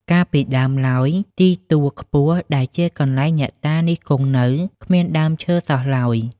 កាលពីដើមឡើយ ទីទួលខ្ពស់ដែលជាកន្លែងអ្នកតានេះគង់នៅ គ្មានដើមឈើសោះឡើយ ។